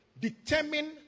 determine